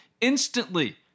instantly